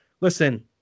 listen